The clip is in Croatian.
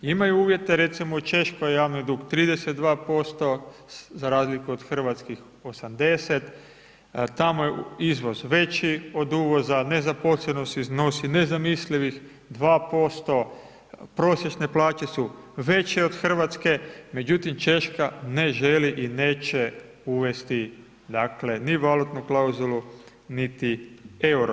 Imaju uvjete, recimo u Češkoj je javni dug 32% za razliku od hrvatskih 80, tamo je izvoz veži od uvoza, nezaposlenost iznosi nezamislivih 2%, prosječne plaće su veće od Hrvatske, međutim, Češka ne želi i neće uvesti dakle, ni valutnu klauzulu niti euro.